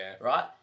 right